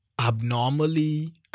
abnormally